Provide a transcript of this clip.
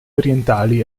orientali